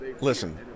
Listen